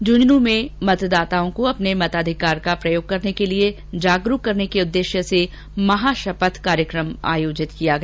झूंझनू में मतदाताओं को अपने मताधिकार का प्रयोग करने के लिए जागरूक करने के उद्देश्य से महाशपथ का कार्यक्रम आयोजित किया गया